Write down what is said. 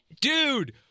Dude